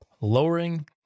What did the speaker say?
Lowering